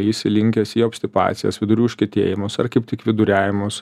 jis linkęs į obstipacijas vidurių užkietėjimus ar kaip tik viduriavimus